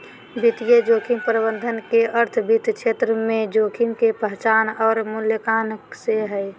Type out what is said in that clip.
वित्तीय जोखिम प्रबंधन के अर्थ वित्त क्षेत्र में जोखिम के पहचान आर मूल्यांकन से हय